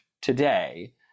today